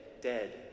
dead